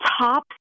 top